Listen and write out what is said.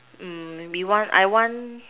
mm maybe one I want